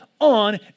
on